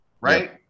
right